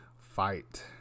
fight